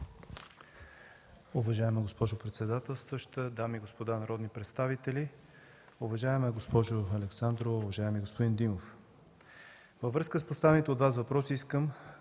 Уважаема госпожо председателстваща, дами и господа народни представители! Уважаема госпожо Александрова, уважаеми господин Димов, във връзка с поставените от Вас въпроси искам